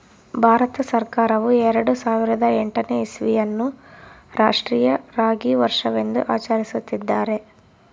ಭಾರತ ಸರ್ಕಾರವು ಎರೆಡು ಸಾವಿರದ ಎಂಟನೇ ಇಸ್ವಿಯನ್ನು ಅನ್ನು ರಾಷ್ಟ್ರೀಯ ರಾಗಿ ವರ್ಷವೆಂದು ಆಚರಿಸುತ್ತಿದ್ದಾರೆ